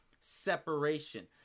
separation